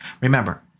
remember